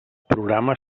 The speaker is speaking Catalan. programa